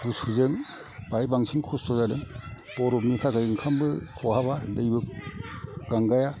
गुसुजों बाहाय बांसिन खस्थ' जादों बरफनि थाखाय ओंखामबो खहाबा दैबो गांगाया